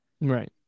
Right